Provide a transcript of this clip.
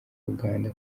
uganda